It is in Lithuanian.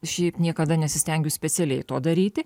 šiaip niekada nesistengiu specialiai to daryti